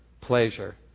pleasure